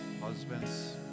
husbands